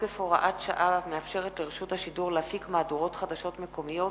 תוקף הוראת שעה המאפשרת לרשות השידור להפיק מהדורות חדשות מקומיות